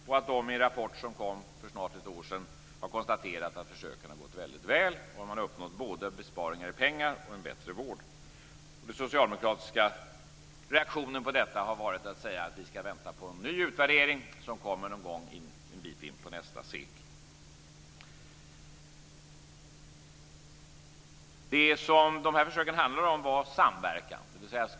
I en rapport som kom för snart ett år sedan konstaterades att försöken har slagit väldigt väl ut och att man har uppnått både besparingar och en bättre vård. Den socialdemokratiska reaktionen på detta har varit att säga att vi skall vänta på en ny utvärdering som kommer en bit in på nästa sekel. Dessa försök gick ut på samverkan.